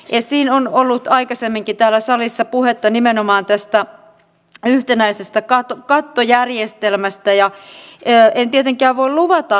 esiin on ollut aikaisemmin kitarasalissa puhetta nimenomaan tästä k yhtenäisestä kato tulevaisuudessa niiden merkitys tulee kasvamaan entisestään